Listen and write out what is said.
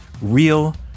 real